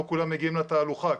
לא כולם מגיעים לתהלוכה,